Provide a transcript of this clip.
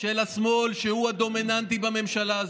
של השמאל, שהוא הדומיננטי בממשלה הזאת,